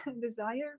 desire